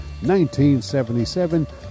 1977